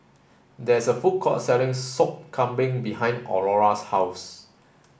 there is a food court selling sop kambing behind Aurora's house